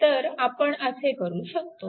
तर आपण असे करू शकतो